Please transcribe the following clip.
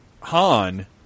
Han